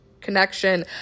connection